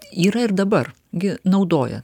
yra ir dabar gi naudoja